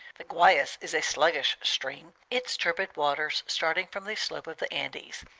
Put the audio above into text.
the guayas is a sluggish stream, its turbid waters starting from the slope of the andes,